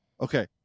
okay